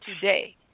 today